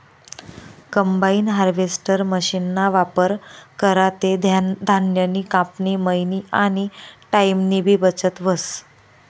combine harvester मशीनना वापर करा ते धान्यनी कापनी, मयनी आनी टाईमनीबी बचत व्हस